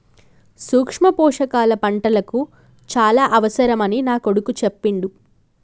సూక్ష్మ పోషకాల పంటలకు చాల అవసరమని నా కొడుకు చెప్పిండు